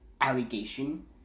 allegation